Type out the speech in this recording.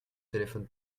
téléphone